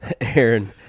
Aaron